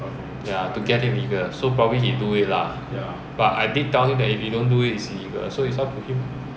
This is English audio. ya to get it legal so probably he do it lah but I did tell him that if he don't do its illegal so it's up to him